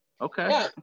Okay